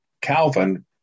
Calvin